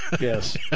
Yes